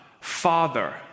Father